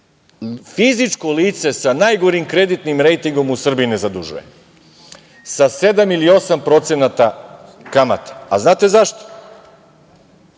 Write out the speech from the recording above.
fizičko lice sa najgorim kreditnim rejtingom u Srbiji ne zadužuje sa 7 ili 8% kamate. Znate zašto?